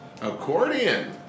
Accordion